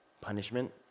punishment